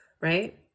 right